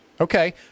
Okay